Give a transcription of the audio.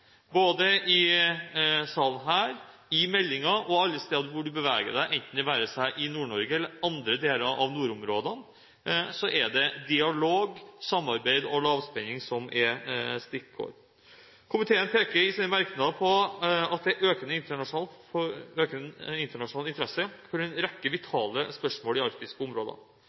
Både i salen her, i meldingen og alle steder man beveger seg – det være seg i Nord-Norge eller i andre deler av nordområdene – er det dialog, samarbeid og lavspenning som er stikkordene. Komiteen peker i sin merknad på at det er en økende internasjonal interesse for en rekke vitale spørsmål i arktiske områder.